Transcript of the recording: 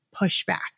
pushback